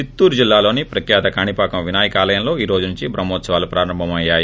చిత్తూరు జిల్లాలోని ప్రఖ్వాత కాణిపాకం వినాయక ఆలయంలో ఈ రోజు నుంచి బ్రహ్మోత్సవాలు ప్రారంభం అయ్యాయి